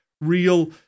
real